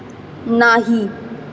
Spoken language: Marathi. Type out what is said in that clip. नाही